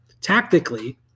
tactically